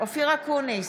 אופיר אקוניס,